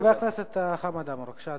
חבר הכנסת חמד עמאר, בבקשה,